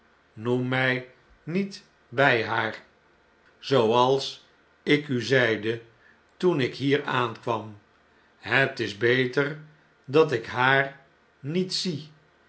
noem mg niet bg haar zooals ik u zeide toen ik hier aankwam het is beter dat ik haar niet zie